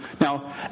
Now